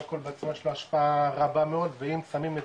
האלכוהול בעצמו יש לו השפעה רבה מאוד ואם שמים את